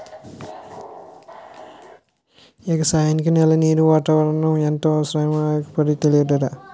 ఎగసాయానికి నేల, నీరు, వాతావరణం ఎంతో అవసరమని ఎవుడికి తెలియదురా